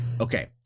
Okay